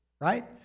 right